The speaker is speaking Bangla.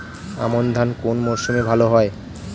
আমন ধান কোন মরশুমে ভাল হয়?